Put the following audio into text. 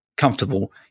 comfortable